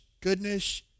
goodness